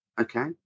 Okay